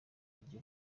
iryo